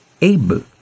able